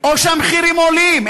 או שהמחירים עולים.